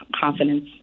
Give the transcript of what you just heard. confidence